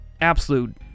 absolute